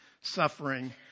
suffering